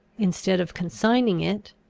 instead of consigning it,